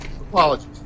Apologies